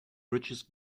bridges